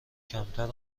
کمتر